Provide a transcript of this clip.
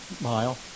mile